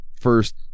first